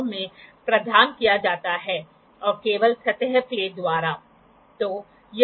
तो हमने यहां यही देखा